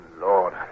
Lord